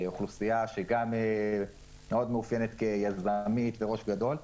זאת אוכלוסייה שמאוד מאופיינת כידענית ו"ראש גדול".